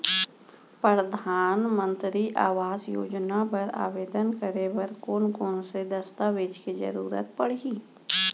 परधानमंतरी आवास योजना बर आवेदन करे बर कोन कोन से दस्तावेज के जरूरत परही?